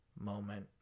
moment